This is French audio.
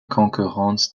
concurrence